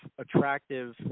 attractive